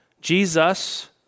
Jesus